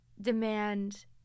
demand